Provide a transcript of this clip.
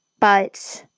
but